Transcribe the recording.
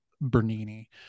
Bernini